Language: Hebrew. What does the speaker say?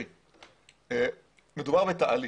מדובר בתהליך.